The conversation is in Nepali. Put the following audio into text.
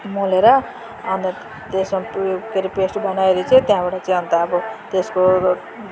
मोलेर अन्त त्यसमा उयो के अरे पेस्ट बनाएर चाहिँ त्यहाँबाट चाहिँ अन्त अब त्यसको